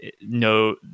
no